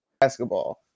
basketball